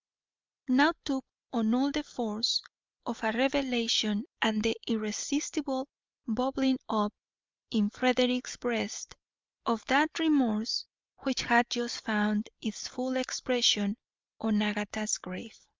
now took on all the force of a revelation and the irresistible bubbling up in frederick's breast of that remorse which had just found its full expression on agatha's grave.